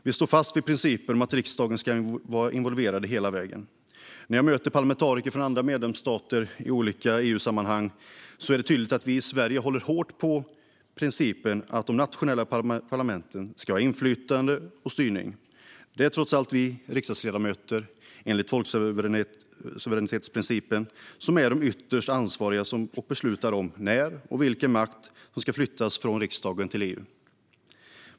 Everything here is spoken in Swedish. Vi står fast vid principen att riksdagen ska vara involverad hela vägen. När jag möter parlamentariker från andra medlemsstater i olika EU-sammanhang är det tydligt att vi i Sverige håller hårt på principen att de nationella parlamenten ska ha inflytande och styrning. Det är trots allt vi riksdagsledamöter som enligt folksuveränitetsprincipen är de som ytterst ansvarar för och beslutar om när och vilken makt som ska flyttas från riksdagen till EU.